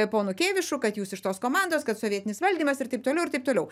ponu kėvišu kad jūs iš tos komandos kad sovietinis valdymas ir taip toliau ir taip toliau